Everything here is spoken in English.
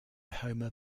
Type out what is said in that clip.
homer